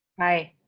aye.